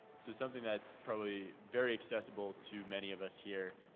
so something that's probably very accessible to many of us here,